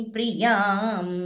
Priyam